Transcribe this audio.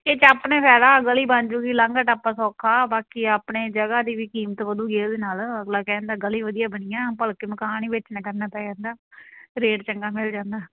ਇਹ 'ਚ ਆਪਣੇ ਫ਼ਾਇਦਾ ਅ ਗਲੀ ਬਣ ਜਉਗੀ ਲਾਂਘਾ ਟਾਪਾ ਸੌਖਾ ਬਾਕੀ ਆਪਣੇ ਜਗ੍ਹਾ ਦੀ ਵੀ ਕੀਮਤ ਵਧੂਗੀ ਉਹਦੇ ਨਾਲ ਅਗਲਾ ਕਹਿ ਦਿੰਦਾ ਗਲੀ ਵਧੀਆ ਬਣੀ ਆ ਭਲਕੇ ਮਕਾਨ ਹੀ ਵੇਚਣਾ ਕਰਨਾ ਪੈ ਜਾਂਦਾ ਰੇਟ ਚੰਗਾ ਮਿਲ ਜਾਂਦਾ